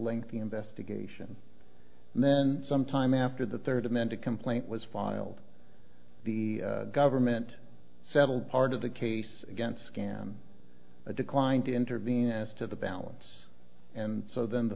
lengthy investigation and then sometime after the third amended complaint was filed the government settled part of the case against scam a declined to intervene as to the balance and so then the